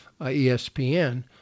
ESPN